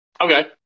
Okay